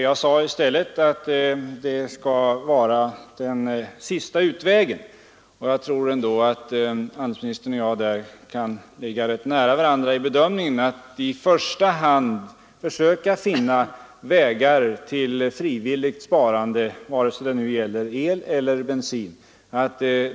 Jag sade i stället att det skall vara den sista utvägen, och jag tror ändå att handelsministern och jag ligger rätt nära varandra i bedömningen att man i första hand skall försöka finna vägar till frivilligt sparande vare sig det gäller el eller bensin.